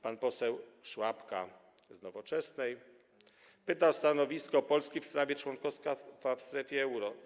Pan poseł Szłapka z Nowoczesnej pyta o stanowisko Polski w sprawie członkostwa w strefie euro.